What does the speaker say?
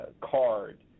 card